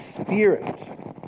Spirit